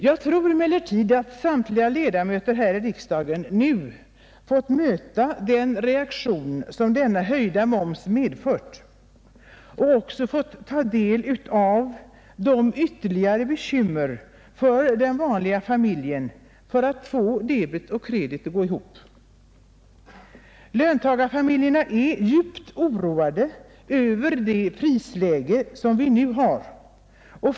Jag tror emellertid att samtliga ledamöter här i riksdagen nu fått möta den reaktion som denna höjda moms medfört och också fått ta del av de ytterligare bekymmer för den vanliga familjen för att få debet och kredit att gå ihop. Löntagarfamiljerna är djupt oroade över det prisläge som vi nu har.